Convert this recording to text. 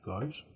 guys